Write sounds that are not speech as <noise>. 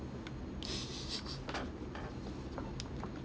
<laughs>